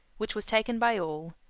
which was taken by all,